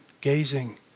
gazing